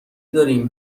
دارین